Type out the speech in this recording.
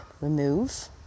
remove